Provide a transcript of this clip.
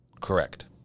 Correct